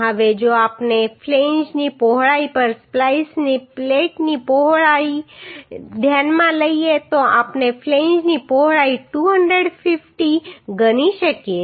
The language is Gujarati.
હવે જો આપણે ફ્લેંજની પહોળાઈ પર સ્પ્લાઈસ પ્લેટની પહોળાઈને ધ્યાનમાં લઈએ તો આપણે ફ્લેંજની પહોળાઈને 250 ગણી શકીએ